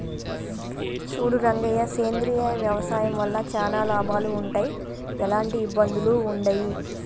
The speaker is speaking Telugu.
సూడు రంగయ్య సేంద్రియ వ్యవసాయం వల్ల చానా లాభాలు వుంటయ్, ఎలాంటి ఇబ్బందులూ వుండయి